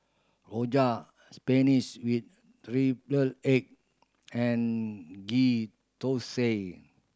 rojak spinach with triple egg and Ghee Thosai